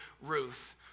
Ruth